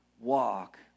walk